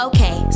Okay